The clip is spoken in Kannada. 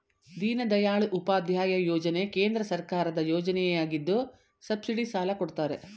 ದೀನದಯಾಳ್ ಉಪಾಧ್ಯಾಯ ಯೋಜನೆ ಕೇಂದ್ರ ಸರ್ಕಾರದ ಯೋಜನೆಯಗಿದ್ದು ಸಬ್ಸಿಡಿ ಸಾಲ ಕೊಡ್ತಾರೆ